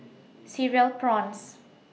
Cereal Prawns